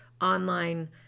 online